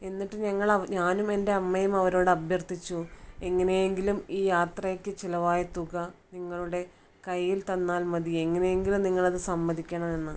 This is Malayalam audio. എന്നിട്ട് ഞങ്ങൾ ഞാനും എൻ്റെ അമ്മയും അവരോട് അഭ്യർത്ഥിച്ചു എങ്ങനെങ്കിലും ഈ യാത്രക്ക് ചിലവായ തുക നിങ്ങളുടെ കൈയിൽ തന്നാൽ മതി എങ്ങനെയെങ്കിലും നിങ്ങൾ അത് സമ്മതിക്കണം എന്ന്